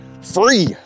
free